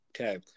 Okay